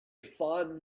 fond